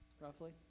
roughly